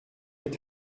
est